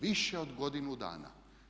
Više od godinu dana.